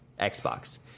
Xbox